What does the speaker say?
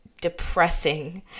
depressing